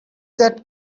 that